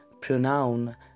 pronoun